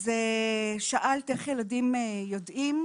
שאלת איך ילדים יודעים.